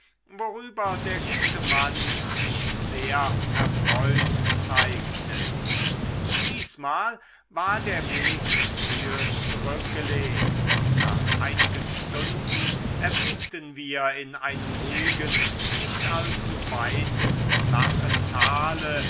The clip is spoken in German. worüber der gute mann sich sehr erfreut zeigte diesmal war der weg frühe zurückgelegt nach einigen stunden erblickten wir in einem ruhigen nicht allzu weiten flachen tale